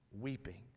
weeping